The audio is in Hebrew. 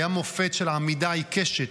היה מופת של עמידה עיקשת,